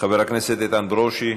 חבר הכנסת איתן ברושי,